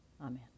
Amen